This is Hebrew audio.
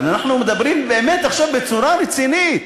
אבל אנחנו מדברים באמת עכשיו בצורה רצינית.